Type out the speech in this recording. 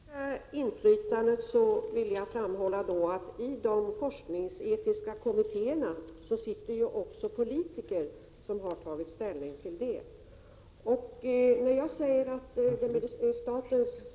Herr talman! När det gäller det politiska inflytandet vill jag framhålla att i de forskningsetiska kommittérna sitter också politiker som har tagit ställning till detta. När jag säger att statens